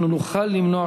אנחנו נוכל למנוע,